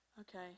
okay